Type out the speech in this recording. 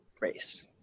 race